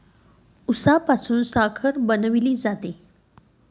उसापासून साखर बनवली जाते